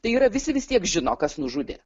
tai yra visi vis tiek žino kas nužudė